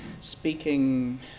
speaking